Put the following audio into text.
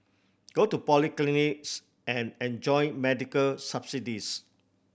go to polyclinics and enjoy medical subsidies